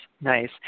nice